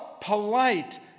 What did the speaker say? polite